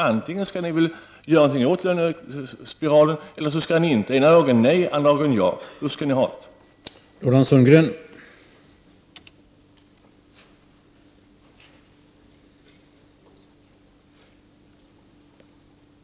Antingen skall ni väl göra något åt lönespiralen eller inte? Ena dagen nej, andra dagen ja. Hur skall ni ha det?